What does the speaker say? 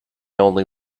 only